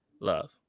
love